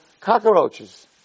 cockroaches